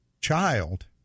child